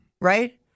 Right